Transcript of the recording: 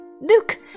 Look